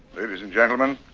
ladies and gentlemen,